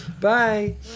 Bye